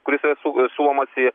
kuris yra su siūlomas į